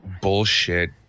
bullshit